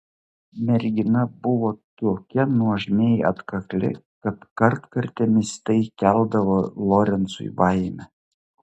mergina buvo tokia nuožmiai atkakli kad kartkartėmis tai keldavo lorencui baimę